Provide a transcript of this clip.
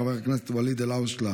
חברת הכנסת יוליה מלינובסקי,